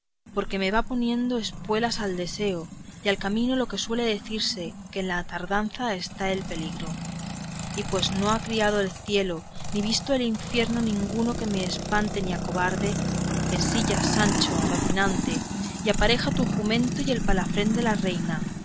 porque me va poniendo espuelas al deseo y al camino lo que suele decirse que en la tardanza está el peligro y pues no ha criado el cielo ni visto el infierno ninguno que me espante ni acobarde ensilla sancho a rocinante y apareja tu jumento y el palafrén de la reina